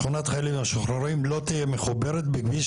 שכונת חיילים משוחררים לא תהיה מחוברת בכביש